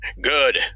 Good